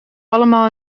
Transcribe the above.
allemaal